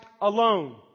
alone